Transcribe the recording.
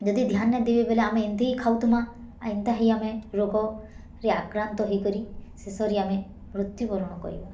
ଯଦି ଧ୍ୟାନ୍ ନାଇ ଦେବେ ବୋଲେ ଆମେ ଏମ୍ତି ହି ଖାଉଥିମା ଏନ୍ତା ହି ଆମେ ରୋଗରେ ଆକ୍ରାନ୍ତ ହେଇକରି ଶେଷରେ ଆମେ ମୃତ୍ୟୁ ବରଣ କରିବା